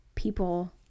people